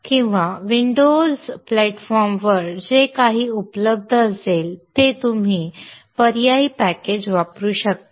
किंवा Windows platform वर जे काही उपलब्ध असेल ते तुम्ही पर्यायी पॅकेज वापरू शकता